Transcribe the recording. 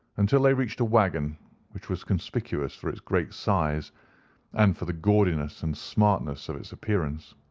until they reached a waggon which was conspicuous for its great size and for the gaudiness and smartness of its appearance.